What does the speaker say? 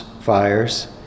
fires